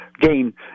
gain